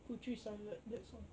puteri salat that's all